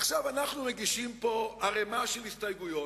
עכשיו אנחנו מגישים פה ערימה של הסתייגויות,